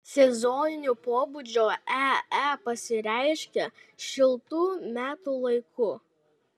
sezoninio pobūdžio ee pasireiškia šiltu metų laiku